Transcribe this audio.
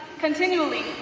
continually